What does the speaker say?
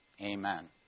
amen